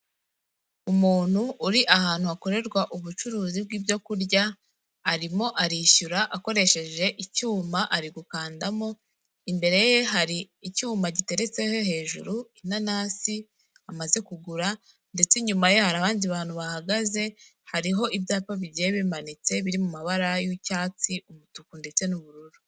Umuntu uri ahantu hakorerwa ubucuruzi bw'ibyokurya arimo arishyura akoresheje icyuma ari gukandamo, imbere ye hari icyuma giteretse he hejuru inanasi amaze kugura ndetse nyuma ye hari abandi bantu bahagaze hariho ibyapa bigiye bimanitse biri mu mabara y'icyatsi, umutuku ndetse n'ubururu.